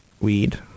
Weed